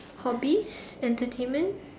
hobby entertainment